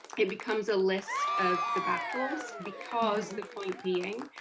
it becomes a list of the battles because the point being,